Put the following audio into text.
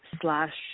slash